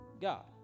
God